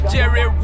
Jerry